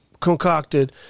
concocted